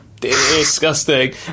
Disgusting